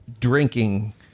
drinking